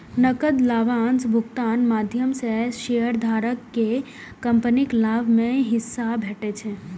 नकद लाभांश भुगतानक माध्यम सं शेयरधारक कें कंपनीक लाभ मे हिस्सा भेटै छै